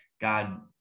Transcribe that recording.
God